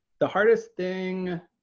the hardest thing